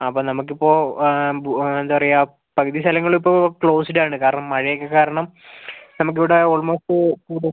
അപ്പോൾ നമ്മൾക്ക് ഇപ്പോൾ എന്താ പറയുക പകുതി സ്ഥലങ്ങൾ ഇപ്പോൾ ക്ലോസ്ഡ് ആണ് കാരണം മഴ ഒക്കെ കാരണം നമുക്ക് ഇവിടെ ആൾമോസ്റ്റ്